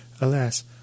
Alas